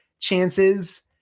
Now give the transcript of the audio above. chances